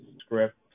script